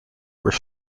were